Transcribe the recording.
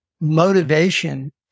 motivation